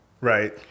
Right